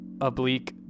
oblique